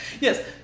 Yes